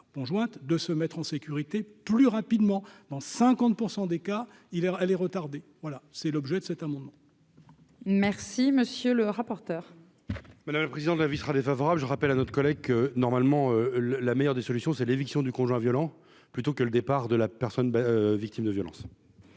jointe de se mettre en sécurité plus rapidement dans 50 % des cas il elle est retardée, voilà, c'est l'objet de cet amendement. Merci, monsieur le rapporteur. Madame la présidente de l'avis sera défavorable, je rappelle à notre collègue que normalement le la meilleure des solutions, c'est l'éviction du conjoint violent plutôt que le départ de la personne victime de violences.